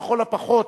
ולכל הפחות,